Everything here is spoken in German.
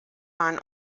waren